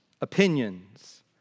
opinions